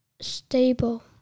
stable